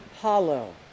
hollow